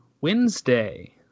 Wednesday